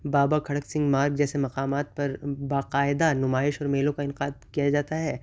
بابا کھڑک سنگھ مارگ جیسے مقامات پر باقاعدہ نمائش اور میلوں کا انعقاد کیا جاتا ہے